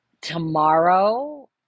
tomorrow